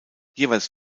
jeweils